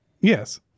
Yes